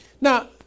Now